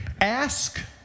Ask